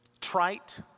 trite